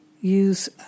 use